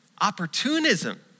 Opportunism